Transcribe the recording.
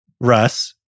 Russ